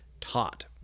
taught